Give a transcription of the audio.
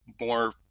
more